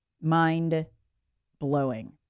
Mind-blowing